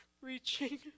reaching